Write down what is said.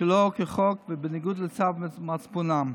שלא כחוק ובניגוד לצו מצפונם.